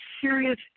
serious